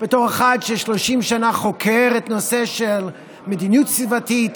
בתור אחד ש-30 שנה חוקר את הנושא של מדיניות סביבתית